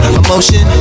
emotion